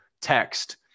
text